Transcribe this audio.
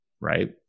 right